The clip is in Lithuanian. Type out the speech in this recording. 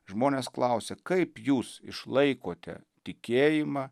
žmonės klausia kaip jūs išlaikote tikėjimą